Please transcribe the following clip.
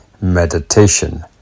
meditation